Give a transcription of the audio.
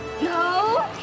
no